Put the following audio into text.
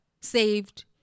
saved